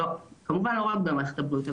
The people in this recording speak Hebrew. כמובן לא רק במערכת הבריאות,